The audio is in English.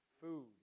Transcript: Food